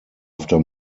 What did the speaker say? after